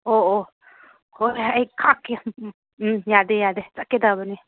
ꯑꯣꯑꯣ ꯍꯣꯏ ꯍꯣꯏ ꯑꯩ ꯈꯥꯛꯀꯦ ꯎꯝ ꯌꯥꯗꯦ ꯌꯥꯗꯦ ꯆꯠꯀꯗꯕꯅꯦ